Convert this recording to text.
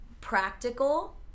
practical